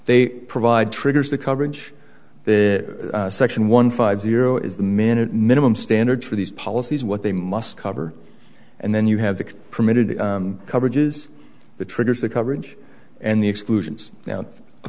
they provide triggers the coverage the section one five zero is the minute minimum standard for these policies what they must cover and then you have the permitted coverages the triggers the coverage and the exclusions now a